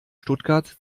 stuttgart